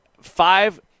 five